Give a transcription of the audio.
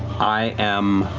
i am.